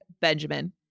Benjamin